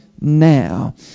now